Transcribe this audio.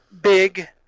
big